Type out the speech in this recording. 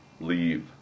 Leave